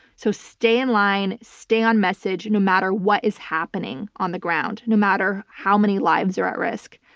so stay in line, stay on message, no matter what is happening on the ground. no matter how many lives are at risk.